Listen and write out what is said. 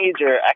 major